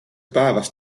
päevas